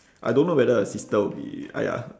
I don't know whether a sister will be !aiya!